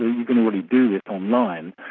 you can already do this online,